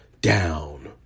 down